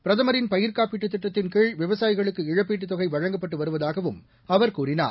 பிரதமின் பயிர் காப்பீட்டு திட்டத்தின் கீழ் விவசாயிகளுக்கு இழப்பீட்டுத் தொகை வழங்கப்பட்டு வருவதாகவும் அவர் கழினார்